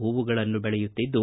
ಹೂವುಗಳನ್ನು ಬೆಳೆಯುತ್ತಿದ್ದು